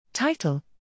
Title